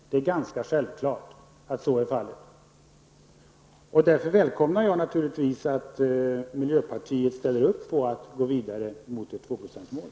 Det är ganska självklart att så är fallet. Därför välkomnar jag naturligtvis att miljöpartiet ställer upp på att gå vidare mot ett tvåprocentsmål.